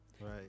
right